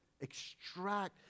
extract